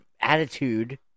attitude